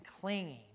clinging